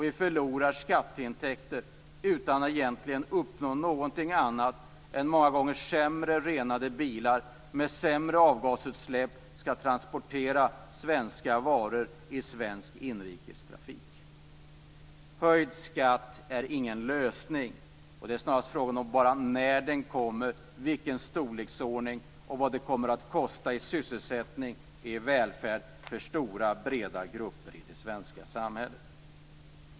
Vi förlorar skatteintäkter utan att egentligen uppnå någonting annat än att många gånger sämre renade bilar med värre avgasutsläpp skall transportera svenska varor i svensk inrikestrafik. Höjd skatt är ingen lösning. Det är snarast bara frågan när den kommer, i vilken storleksordning den är och vad det kommer att kosta i sysselsättning och välfärd för stora och breda grupper i det svenska samhället.